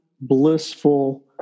blissful